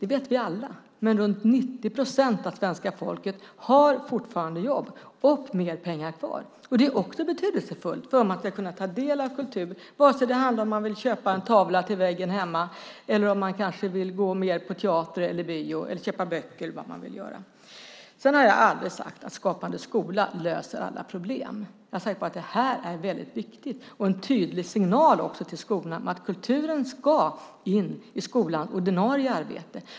Det vet vi alla. Men runt 90 procent av svenska folket har fortfarande jobb och mer pengar över. Det är också betydelsefullt för att man ska kunna ta del av kultur, antingen det handlar om att köpa en tavla att hänga på väggen hemma, om man vill gå mer på teater eller bio eller om man vill köpa böcker. Jag har aldrig sagt att Skapande skola löser alla problem. Jag har bara sagt att det är viktigt och en tydlig signal också till skolan om att kulturen ska in i skolans ordinarie arbete.